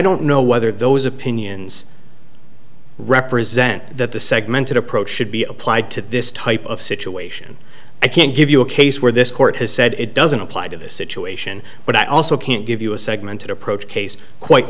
don't know whether those opinions represent that the segmented approach should be applied to this type of situation i can't give you a case where this court has said it doesn't apply to this situation but i also can't give you a segment approach case quite